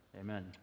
Amen